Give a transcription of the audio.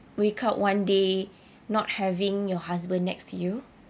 wake up one day not having your husband next to you